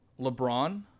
LeBron